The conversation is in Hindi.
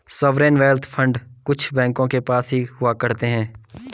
सॉवरेन वेल्थ फंड कुछ बैंकों के पास भी हुआ करते हैं